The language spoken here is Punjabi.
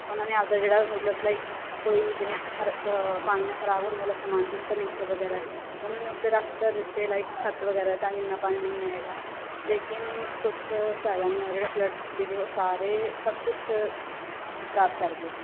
ਉਹਨਾਂ ਨੇ ਆਪਦਾ ਜਿਹੜਾ ਮਤਲਬ ਲਾਈਕ ਕੋਈ ਜਿਵੇਂ ਖਰੇ ਪਾਣੀ ਨਾਲ ਖਰਾਬ ਹੋਣ ਵਾਲਾ ਸਮਾਨ ਜਿਵੇਂ ਫਰਨੀਚਰ ਵਗੈਰਾ ਉਹਨਾਂ ਨੇ ਉੱਤੇ ਰੱਖ ਤਾਂ ਦਿੱਤੇ ਲਾਈਕ ਛੱਤ ਵਗੈਰਾ ਤਾਂ ਇੰਨਾ ਪਾਣੀ ਨਹੀਂ ਆਵੇਗਾ ਲੇਕਿਨ ਕੁਛ ਫ਼ਾਇਦਾ ਨਹੀਂ ਹੋਇਆ ਜਿਹੜਾ ਫਲੱਡ ਸੀਗੇ ਉਹ ਸਾਰੇ ਸਭ ਕੁਛ ਖਰਾਬ ਕਰ ਗਏ